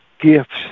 gifts